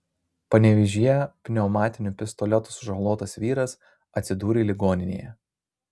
panevėžyje pneumatiniu pistoletu sužalotas vyras atsidūrė ligoninėje